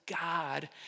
God